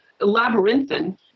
labyrinthine